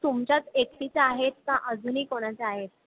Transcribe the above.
तुमच्याच एकटीचे आहेत का अजूनही आणखी कुणाचे आहेत